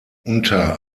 unter